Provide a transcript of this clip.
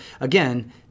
again